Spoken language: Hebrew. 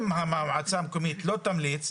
אם המועצה המקומית לא תמליץ,